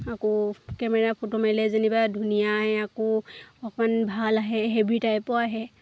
আকৌ camera photo মাৰিলে যেনিবা ধুনীয়া আহে আকৌ অকণমান ভাল আহে হেভি টাইপো আহে